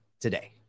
today